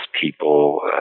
people